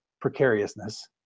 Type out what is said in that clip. precariousness